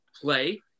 play